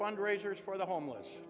fundraisers for the homeless